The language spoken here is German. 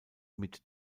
mit